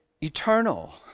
eternal